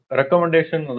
recommendation, (